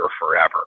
forever